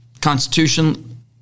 Constitution